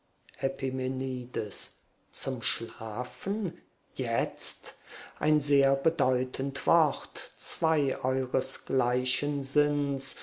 epimenides zum schlafen jetzt ein sehr bedeutend wort zwei euresgleichen sind's